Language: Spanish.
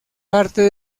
parte